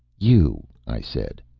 you, i said.